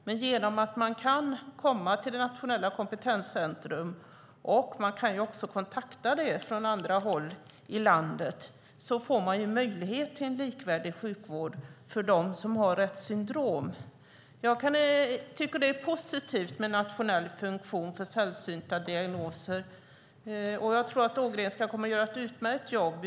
Men genom att man kan komma till det nationella kompetenscentret och även kontakta det från andra håll i landet finns det möjlighet till en likvärdig sjukvård för dem som har Retts syndrom. Jag tycker att det är positivt med en nationell funktion för sällsynta diagnoser. Jag tror att Ågrenska kommer att göra ett utmärkt jobb.